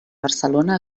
barcelona